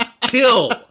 kill